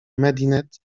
medinet